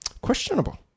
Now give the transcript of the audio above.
Questionable